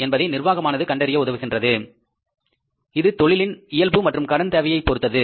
என்பதை நிர்வாகமானது கண்டறிய உதவுகின்றது இது தொழிலின் இயல்பு மற்றும் கடன் தேவையைப் பொறுத்தது